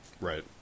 Right